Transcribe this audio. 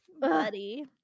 Buddy